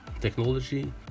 technology